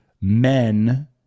men